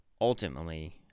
ultimately